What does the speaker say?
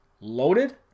loaded